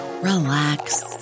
relax